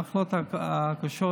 למחלות הקשות